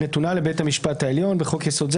נתונה לבית המשפט העליון (בחוק-יסוד זה,